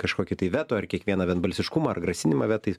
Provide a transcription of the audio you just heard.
kažkokį tai veto ar kiekvieną vienbalsiškumą ar grasinimą vetais